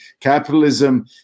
Capitalism